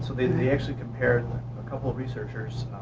so they they actually compared a couple researchers,